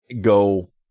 go